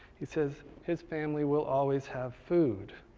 he says his family will always have food.